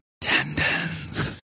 tendons